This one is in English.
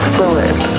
Fluid